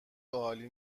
عالی